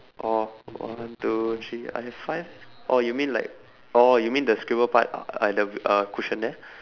oh one two three I have five oh you mean like oh you mean the scribble part a~ at the (uh)cushion there